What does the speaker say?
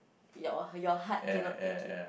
your your heart cannot take it